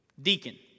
Deacon